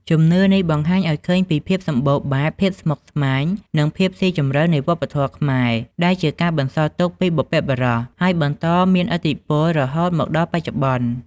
ជំនឿនេះបង្ហាញឲ្យឃើញពីភាពសម្បូរបែប ភាពស្មុគស្មាញ និងភាពស៊ីជម្រៅនៃវប្បធម៌ខ្មែរ ដែលជាការបន្សល់ទុកពីបុព្វបុរស ហើយបន្តមានឥទ្ធិពលរហូតមកដល់បច្ចុប្បន្ន។